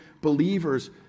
believers